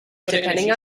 depending